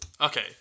Okay